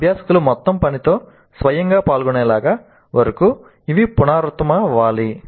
అభ్యాసకులు మొత్తం పనితో స్వయంగా పాల్గొనగలిగే వరకు ఇవి పునరావృతమవుతాయి